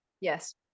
yes